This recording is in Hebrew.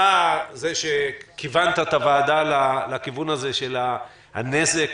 זה שכיוון את הוועדה לכיוון הזה של הנזק